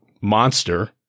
monster